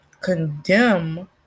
condemn